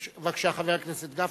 בבקשה, חבר הכנסת גפני,